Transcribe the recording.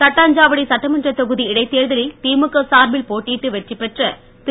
தட்டாஞ்சாவடி சட்டமன்ற தொகுதி இடைத்தேர்தலில் திமுக சார்பில் போட்டியிட்டு வெற்றி பெற்ற திரு